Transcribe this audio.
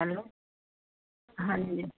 hello ਹਾਂਜੀ